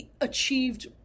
achieved